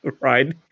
right